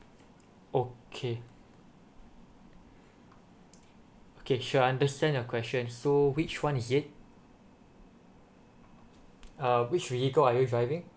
okay okay sure understand the question so which one is it uh which vehichle are you driving